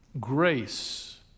Grace